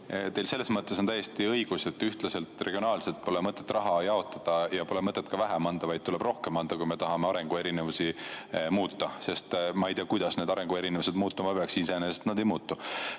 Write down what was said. Teil selles mõttes on täiesti õigus, et ühtlaselt regionaalselt pole mõtet raha jaotada ja pole mõtet ka vähem anda, vaid tuleb rohkem anda, kui me tahame arenguerinevusi muuta. Ma ei tea, kuidas need arenguerinevused muidu muutuma peaks, iseenesest nad ei muutu.